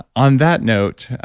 on that note